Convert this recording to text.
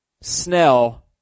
Snell